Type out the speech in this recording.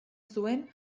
zuen